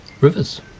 rivers